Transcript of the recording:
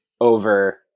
Over